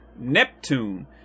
Neptune